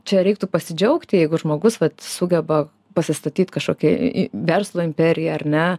čia reiktų pasidžiaugti jeigu žmogus pats sugeba pasistatyt kažkokią verslo imperiją ar ne